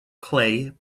clay